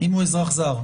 אם הוא אזרח זר.